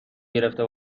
گرفته